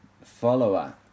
follower